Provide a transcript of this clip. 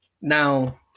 Now –